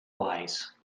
wise